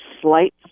slight